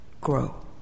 grow